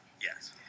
Yes